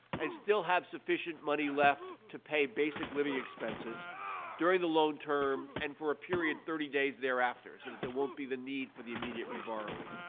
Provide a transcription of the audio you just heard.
and still have sufficient money left to pay basic living expenses during the loan term and for a period thirty days thereafter, so that there won't be the need for the immediate reborrowing.